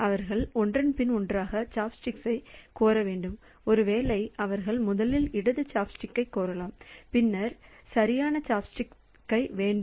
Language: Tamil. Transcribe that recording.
அவர்கள் ஒன்றன்பின் ஒன்றாக சாப்ஸ்டிக்ஸைக் கோர வேண்டும் ஒருவேளை அவர்கள் முதலில் இடது சாப்ஸ்டிக்ஸைக் கோரலாம் பின்னர் சரியான சாப்ஸ்டிக் வேண்டும்